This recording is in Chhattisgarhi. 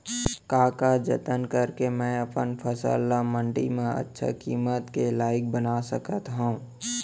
का का जतन करके मैं अपन फसल ला मण्डी मा अच्छा किम्मत के लाइक बना सकत हव?